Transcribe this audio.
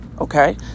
okay